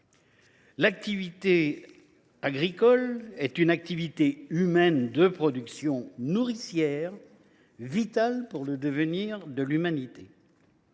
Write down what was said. l’activité agricole est une activité humaine de production nourricière vitale pour le devenir de l’humanité.